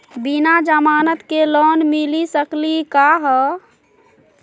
बिना जमानत के लोन मिली सकली का हो?